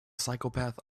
psychopath